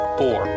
four